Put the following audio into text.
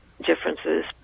differences